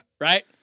Right